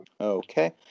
Okay